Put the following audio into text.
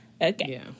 Okay